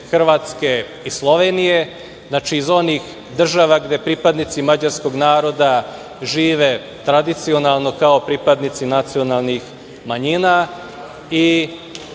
Hrvatske i Slovenije. Znači, iz onih država gde pripadnici mađarskog naroda žive tradicionalno kao pripadnici nacionalnih manjina i